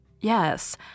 Yes